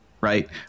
right